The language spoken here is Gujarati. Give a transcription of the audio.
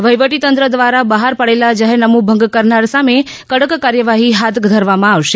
વહીવટીતંત્ર દ્વારા બહાર પાડેલા જાહેરનામું ભંગ કરનાર સામે કડક કાર્યવાહી હાથ ધરાશે